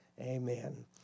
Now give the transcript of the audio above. Amen